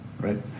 right